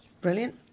Brilliant